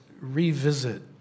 revisit